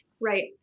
Right